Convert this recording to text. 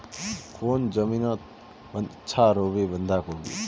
कौन जमीन टत अच्छा रोहबे बंधाकोबी?